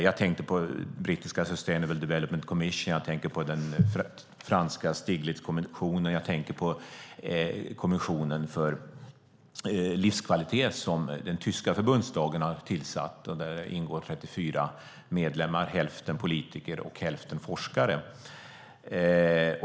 Jag tänker på det brittiska systemet development commission, jag tänker på den franska Stiglitzkommissionen och jag tänker på kommissionen för livskvalitet som den tyska förbundsdagen har tillsatt. Där ingår 34 medlemmar - hälften politiker, hälften forskare.